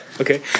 Okay